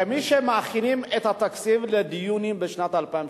כמי שמכינים בדיונים את התקציב לשנת 2013,